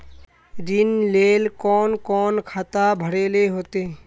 ऋण लेल कोन कोन खाता भरेले होते?